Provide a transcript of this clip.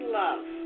love